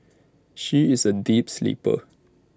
she is A deep sleeper